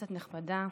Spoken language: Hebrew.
כנסת נכבדה,